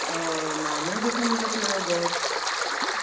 नान्वेज्जपि मिलति वा बास्